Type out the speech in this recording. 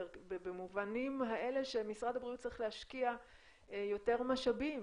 ובמובנים האלה שמשרד הבריאות צריך להשקיע יותר משאבים,